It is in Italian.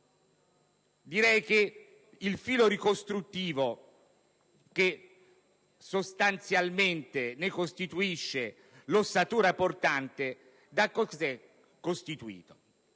direi che il filo ricostruttivo che sostanzialmente ne costituisce l'ossatura portante è costituito